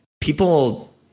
people